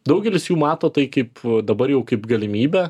daugelis jų mato tai kaip dabar jau kaip galimybę